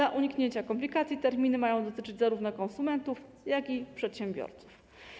Aby uniknąć komplikacji, terminy mają dotyczyć zarówno konsumentów, jak i przedsiębiorców.